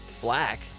black